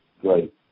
great